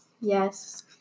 Yes